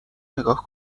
نگاه